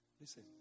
listen